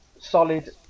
solid